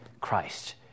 Christ